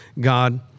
God